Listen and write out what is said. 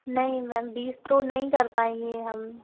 नहीं मैम बीस तो नहीं कर पाएंगे हम